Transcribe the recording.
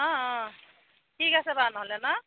অঁ অঁ ঠিক আছে বাৰু নহ'লে ন